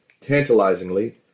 tantalizingly